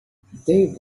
they